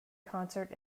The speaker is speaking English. concert